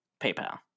paypal